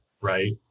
right